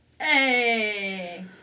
Hey